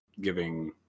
giving